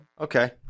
Okay